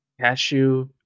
Cashew